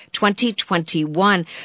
2021